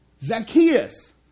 Zacchaeus